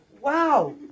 Wow